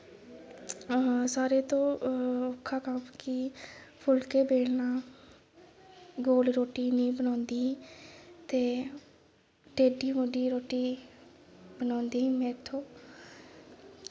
सारें तो औक्खा कम्म कि फुल्के बेलना गोल रोटी नी बलोंदी ते ढेडी मेढी रोटी बनोंदी ही मेरे तों